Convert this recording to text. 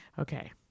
Okay